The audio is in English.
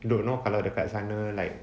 don't know kalau dekat sana like